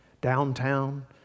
downtown